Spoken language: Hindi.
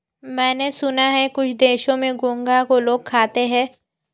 मैंने सुना है कुछ देशों में घोंघा को लोग खाते हैं